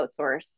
outsource